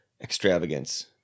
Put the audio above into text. extravagance